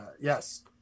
yes